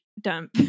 dump